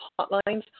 hotlines